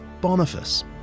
Boniface